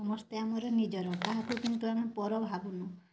ସମସ୍ତେ ଆମର ନିଜର କହାକୁ କିନ୍ତୁ କ'ଣ ପର ଭାବୁନୁ